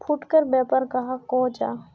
फुटकर व्यापार कहाक को जाहा?